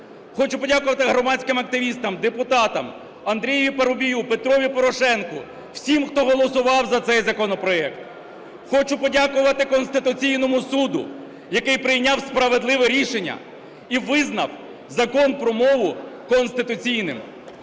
Хочу подякувати громадським активістам, депутатам, Андрію Парубію, Петрові Порошенку, всім, хто голосував за цей законопроект. Хочу подякувати Конституційному Суду, який прийняв справедливе рішення і визнав Закон про мову конституційним.